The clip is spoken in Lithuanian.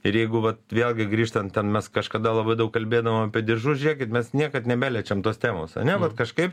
ir jeigu vat vėlgi grįžtant ten mes kažkada labai daug kalbėdavom apie diržus žiūrėkit mes niekad nebeliečiam tos temos ane vat kažkaip